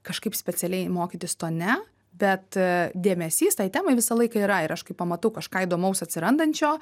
kažkaip specialiai mokytis to ne bet dėmesys tai temai visą laiką yra ir aš kai pamatau kažką įdomaus atsirandančio